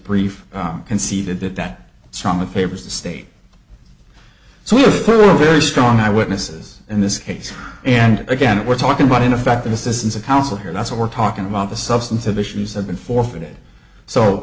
brief conceded that that trauma favors the state so we're very strong eye witnesses in this case and again we're talking about in effect the assistance of counsel here that's what we're talking about the substantive issues have been forfeited so